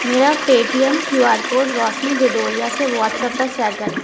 मेरा Paytm Q R code Roshni Didoriya से WhatsApp पर सेयर करें